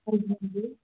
ਹਾਂਜੀ ਹਾਂਜੀ